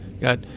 got